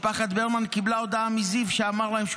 משפחת ברמן קיבלה הודעה מזיו שאמר להם שהוא